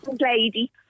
lady